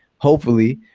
hopefully.